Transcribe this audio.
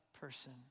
person